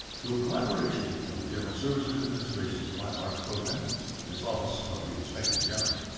through collaboration of the general services administration's fine arts program and its office of the inspector general,